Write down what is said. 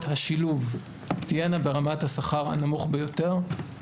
השילוב תהיינה ברמת השכר הנמוך ביותר,